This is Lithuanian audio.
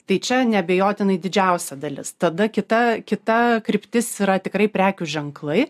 tai čia neabejotinai didžiausia dalis tada kita kita kryptis yra tikrai prekių ženklai